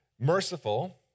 merciful